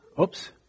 Oops